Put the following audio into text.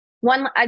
One